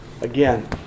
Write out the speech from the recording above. again